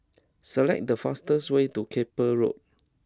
select the fastest way to Keppel Road